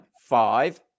five